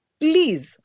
please